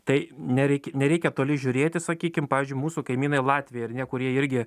tai nereik nereikia toli žiūrėti sakykim pavyzdžiui mūsų kaimynai latviai ar ne kurie irgi